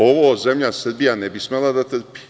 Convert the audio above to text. Ovo zemlja Srbija ne bi smela da trpi.